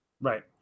Right